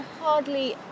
hardly